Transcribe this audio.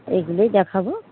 এগুলোই দেখাবো